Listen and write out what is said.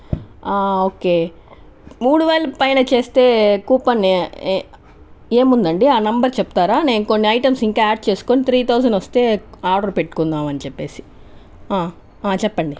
okay మూడు వేల పైన చేస్తే కూపన్ ఏ ఏముందండీ ఆ నంబర్ చెప్తారా నేను కొన్ని ఐటమ్స్ ఇంకా యాడ్ చేసుకుని త్రీ థౌజండ్ వస్తే ఆర్డర్ పెట్టుకుందాం అని చెప్పేసి చెప్పండి